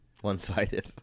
one-sided